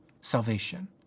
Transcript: salvation